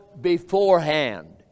beforehand